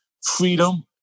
freedom